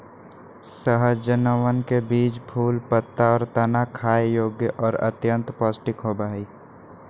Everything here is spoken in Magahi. सहजनवन के बीज, फूल, पत्ता, और तना खाय योग्य और अत्यंत पौष्टिक होबा हई